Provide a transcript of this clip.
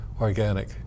organic